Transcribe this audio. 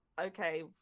Okay